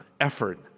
effort